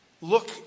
look